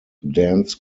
dance